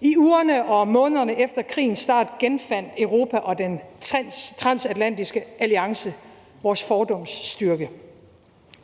I ugerne og månederne efter krigens start genfandt Europa og den transatlantiske alliance sin fordums styrke.